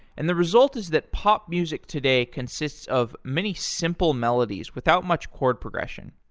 and the result is that pop music today consists of many simple melodies without much chord progression.